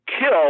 kill